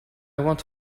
want